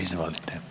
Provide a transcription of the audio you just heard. Izvolite.